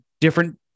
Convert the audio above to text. different